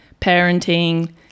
parenting